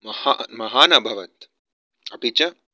महा महान् अभवत् अपि च